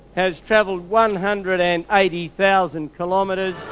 has travelled one hundred and eighty thousand kilometres.